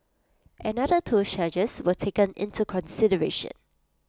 another two charges were taken into consideration